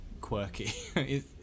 quirky